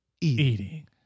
eating